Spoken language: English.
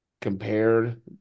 compared